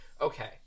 Okay